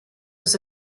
was